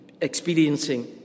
experiencing